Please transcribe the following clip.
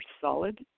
solid